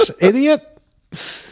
idiot